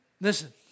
Listen